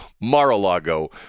Mar-a-Lago